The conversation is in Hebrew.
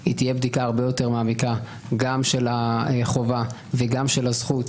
היא תהיה בדיקה הרבה יותר מעמיקה גם של החובה וגם של הזכות.